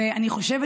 ואני חושבת,